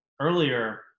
earlier